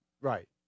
Right